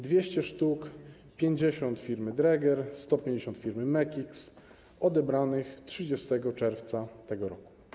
200 sztuk, 50 firmy Dräger, 150 firmy Mekics, odebranych 30 czerwca tego roku.